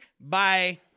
Bye